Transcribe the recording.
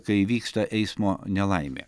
kai įvyksta eismo nelaimė